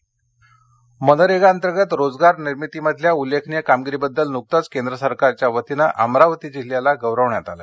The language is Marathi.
मनरेगा अमरावती मनरेगा अंतर्गत रोजगार निर्मितीतल्या उल्लेखनीय कामगिरीबद्दल नुकतंच केंद्र सरकारच्या वतीनं अमरावती जिल्ह्याला गौरवण्यात आलं